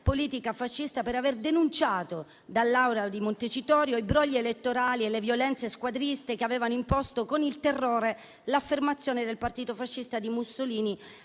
politica fascista per aver denunciato dall'Aula di Montecitorio i brogli elettorali e le violenze squadriste che avevano imposto con il terrore l'affermazione del partito fascista di Mussolini